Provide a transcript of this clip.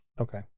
Okay